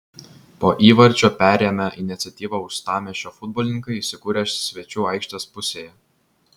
po įvarčio perėmę iniciatyvą uostamiesčio futbolininkai įsikūrė svečių aikštės pusėje